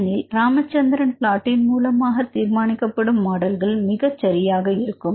ஏனெனில் ராமச்சந்திரன் பிளாட்டின் மூலமாக தீர்மானிக்கப்படும் மாடல்கள் மிகச் சரியாக இருக்கும்